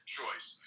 choice